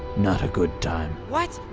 not a good time what?